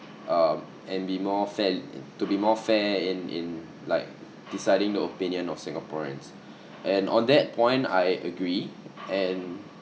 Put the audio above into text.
um and be more fairl~ to be more fair in in like deciding the opinion of singaporeans and on that point I agree and